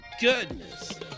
goodness